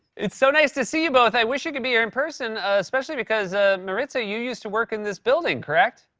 it's so nice to see you both. i wish you could be here in person, especially because, ah maritza, you used to work in this building, correct?